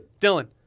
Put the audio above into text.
Dylan